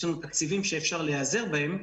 יש לנו תקציבים שאפשר להיעזר בהם.